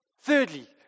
Thirdly